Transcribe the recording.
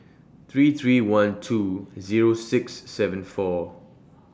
three three one two Zero six seven four